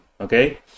Okay